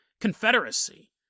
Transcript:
Confederacy